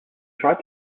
tried